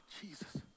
Jesus